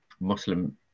Muslim